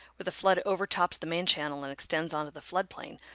where the flood overtops the main channel and extends onto the flood plain,